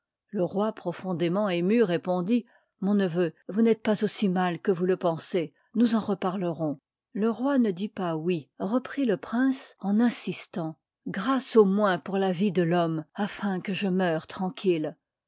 le roi profondément ému répondit mon neveu vous n'êtes pas aussi mal que vous le pensez y nous en reparlerons le roi ne dit pas oui reprit le prince en insistant grâce au moins pour la vie de fhomme afin que je meure tranquille